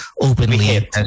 openly